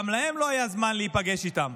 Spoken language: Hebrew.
גם להם לא היה זמן להיפגש איתם,